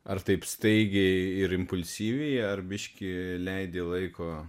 ar taip staigiai ir impulsyviai ar biškį leidi laiko